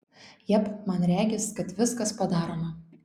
jep man regis kad viskas padaroma